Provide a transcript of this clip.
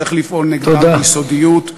צריך לפעול נגדם ביסודיות,